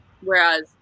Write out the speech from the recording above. Whereas